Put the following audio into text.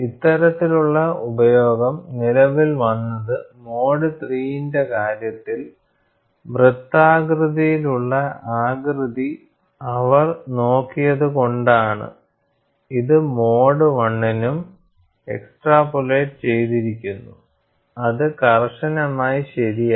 ഇത്തരത്തിലുള്ള ഉപയോഗം നിലവിൽ വന്നത് മോഡ് III ന്റെ കാര്യത്തിൽ വൃത്താകൃതിയിലുള്ള ആകൃതി അവർ നോക്കിയതുകൊണ്ടാണ് ഇത് മോഡ് I നും എക്സ്ട്രാപോലേറ്റ് ചെയ്തിരിക്കുന്നു അത് കർശനമായി ശരിയല്ല